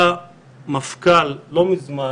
היה מפכ"ל לא מזמן